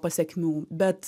pasekmių bet